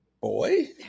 boy